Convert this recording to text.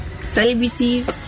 celebrities